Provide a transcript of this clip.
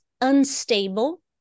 unstable